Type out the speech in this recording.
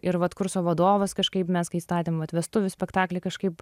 ir vat kurso vadovas kažkaip mes kai statėm vestuvių spektaklį kažkaip